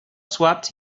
swapped